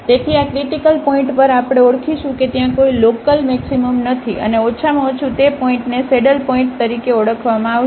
તેથી આ critical point પર આપણે ઓળખીશું કે ત્યાં કોઈ લોકલ મેક્સિમમ નથી અને ઓછામાં ઓછું તે પોઇન્ટને સેડલપોઇન્ટ તરીકે ઓળખવામાં આવશે